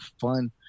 fun